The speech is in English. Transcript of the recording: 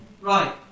Right